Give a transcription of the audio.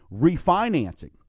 refinancing